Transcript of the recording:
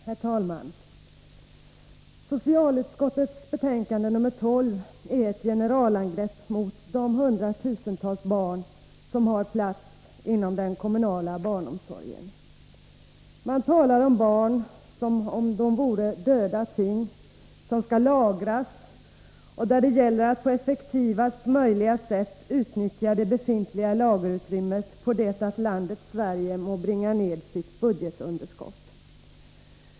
Herr talman! Socialutskottets betänkande nr 12 är ett generalangrepp mot de hundratusentals barn som har plats inom den kommunala barnomsorgen. Man talar om barn som om de vore döda ting, som skall lagras och där det gäller att på effektivaste möjliga sätt utnyttja det befintliga lagerutrymmet på det att landet Sverige må bringa ned sitt budgetunderskott.